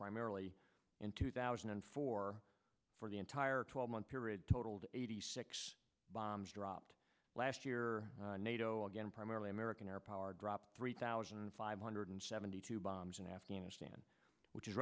primarily in two thousand and four for the entire twelve month period totaled eighty six bombs dropped last year nato again primarily american airpower dropped three thousand five hundred seventy two bombs in afghanistan which is